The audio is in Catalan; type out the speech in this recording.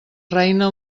reina